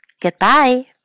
goodbye